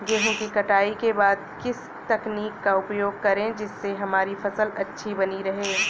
गेहूँ की कटाई के बाद किस तकनीक का उपयोग करें जिससे हमारी फसल अच्छी बनी रहे?